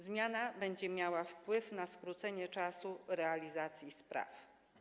Zmiana będzie miała wpływ na skrócenie czasu realizacji spraw.